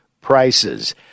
prices